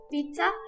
Pizza